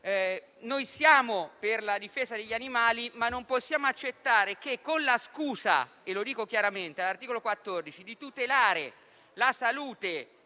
Noi siamo per la difesa degli animali, ma non possiamo accettare che con la scusa - e lo dico chiaramente per l'articolo 14 - di tutelare la salute